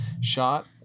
shot